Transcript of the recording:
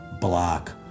block